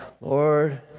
Lord